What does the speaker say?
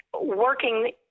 working